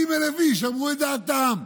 80,000 איש אמרו את דעתם,